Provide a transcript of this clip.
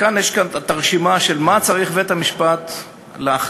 כאן יש הרשימה של מה צריך בית-המשפט להחליט,